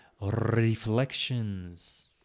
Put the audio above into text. reflections